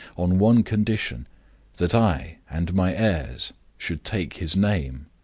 on one condition that i and my heirs should take his name.